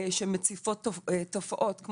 שמציפות תופעות,